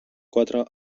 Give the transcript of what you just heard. quatre